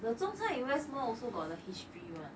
the 中餐 in west mall also got the history one